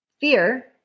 fear